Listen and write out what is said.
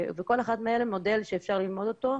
כל אחד מאלה הוא מודל שאפשר ללמוד אותו.